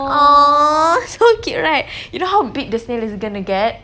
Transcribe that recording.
!aww! so cute right you know how big the snail is going to get